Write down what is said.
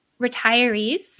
retirees